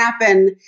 happen